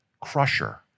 crusher